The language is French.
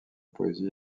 poésie